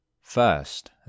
first